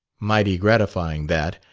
mighty gratifying, that.